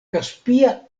kaspia